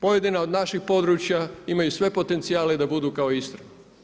Pojedina od naših područja imaju sve potencija da budu kao Istra.